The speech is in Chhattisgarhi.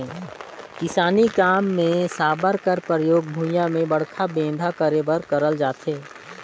किसानी काम मे साबर कर परियोग भुईया मे बड़खा बेंधा करे बर करल जाथे